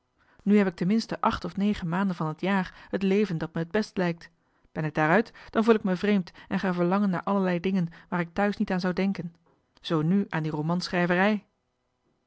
nu heb ik tenminste acht of negen maanden van het jaar het leven dat me het best lijkt ben ik daar uit dan voel ik me vreemd en ga verlangen naar allerlei dingen waar ik thuis niet aan zou denken zoo nu aan die romanschrijverij